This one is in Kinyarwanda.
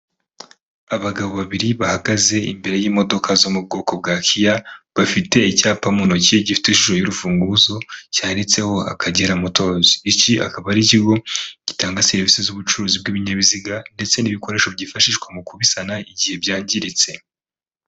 Abagabo babiri bahagaze imbere y'imodoka zo mu bwoko bwa kiya bafite icyapa mu ntoki gifite ishusho y'urufunguzo cyanditseho Akagera motos. Iki akaba ari ikigo gitanga serivisi z'ubucuruzi bw'ibinyabiziga ndetse n'ibikoresho byifashishwa mu kubisana igihe byangiritse.